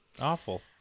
Awful